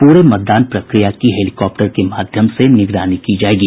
पूरे मतदान प्रक्रिया की हेलीकाप्टर के माध्यम से निगरानी की जायेगी